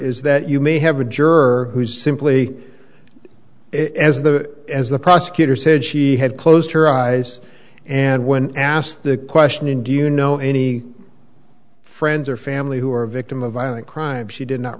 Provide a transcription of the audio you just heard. is that you may have a juror who simply as the as the prosecutor said she had closed her eyes and when asked the question in do you know any friends or family who are a victim of violent crime she did not